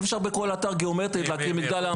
אי אפשר בכל אתר גיאומטרי להקים מגדל.